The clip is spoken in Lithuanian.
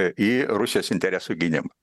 į rusijos interesų gynimą